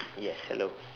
yes hello